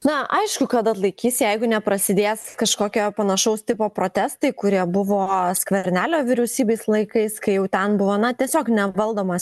na aišku kad atlaikys jeigu neprasidės kažkokio panašaus tipo protestai kurie buvo skvernelio vyriausybės laikais kai jau ten buvo na tiesiog nevaldomas